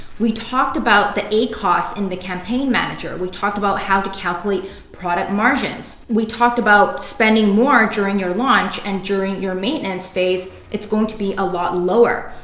we talked about the acos in the campaign manager. we talked about how to calculate product margins. we talked about spending more during your launch and during your maintenance phase, it's going to be a lot lower.